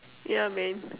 yeah man